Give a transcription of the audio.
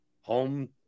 home